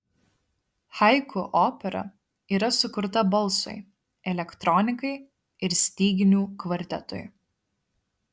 haiku opera yra sukurta balsui elektronikai ir styginių kvartetui